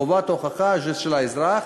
חובת ההוכחה היא של האזרח,